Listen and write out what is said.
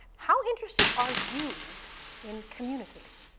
how interested are you in communicating?